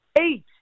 Eight